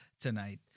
tonight